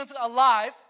alive